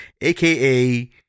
aka